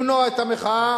למנוע את המחאה.